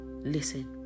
Listen